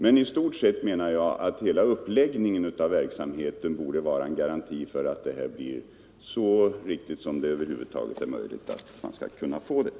Men jag menar att uppläggningen av verksamheten borde vara en garanti för att fördelningen i stort sett blir så riktig som det är möjligt att få den.